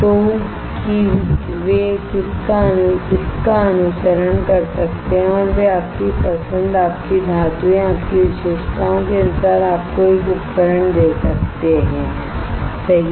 तो कि वे इसका अनुसरण कर सकते हैं और वे आपकी पसंद आपकी धातुएँआपकी विशेषताओं के अनुसार आपको एक उपकरण दे सकते हैं सही